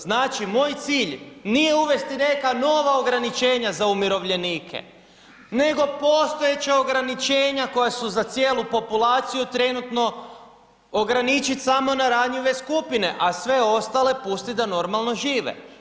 Znači moj cilj nije uvesti neka nova ograničenja za umirovljenike, nego postojeća ograničenja koja su za cijelu populaciju trenutno ograničiti samo na ranjive skupine, a sve ostale pustit da normalno žive.